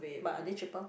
but are they cheaper